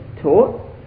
taught